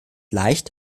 leicht